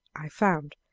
i found,